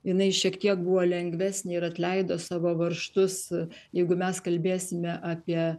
jinai šiek tiek buvo lengvesnė ir atleido savo varžtus jeigu mes kalbėsime apie